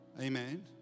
Amen